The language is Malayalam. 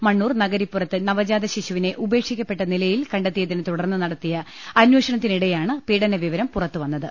മണ്ണൂർ നഗരിപ്പുറത്ത് നവജാത ശിശുവിനെ ഉപേക്ഷിക്കപ്പെട്ട നിലയിൽ കണ്ടെത്തിയ തിനെ തുടർന്ന് നടത്തിയ അന്വേഷണത്തിനിടെയാണ് പീഡന വിവരം പുറത്തു വന്നത്